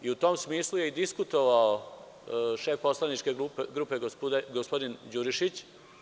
U tom smislu je diskutovao šef poslaničke grupe gospodin Đurišić.